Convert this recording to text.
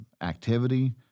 activity